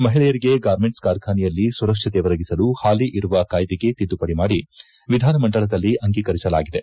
ಮಹಿಳೆಯರಿಗೆ ಗಾರ್ಮೆಂಟ್ಸ್ ಕಾರ್ಖಾನೆಯಲ್ಲಿ ಸುರಕ್ಷತೆ ಒದಗಿಸಲು ಪಾಲಿ ಇರುವ ಕಾಯ್ದೆಗೆ ತಿದ್ದುಪಡಿ ಮಾಡಿ ವಿಧಾನಮಂಡಲದಲ್ಲಿ ಅಂಗೀಕರಿಸಲಾಗಿದೆ